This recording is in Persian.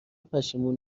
پشیمون